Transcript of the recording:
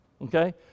okay